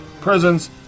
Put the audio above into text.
prisons